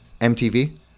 MTV